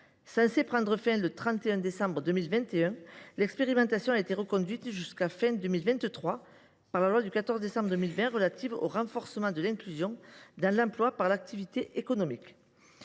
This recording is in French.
Censée prendre fin le 31 décembre 2021, l’expérimentation a été reconduite jusqu’à la fin de 2023 par la loi du 14 décembre 2020 relative au renforcement de l’inclusion dans l’emploi par l’activité économique.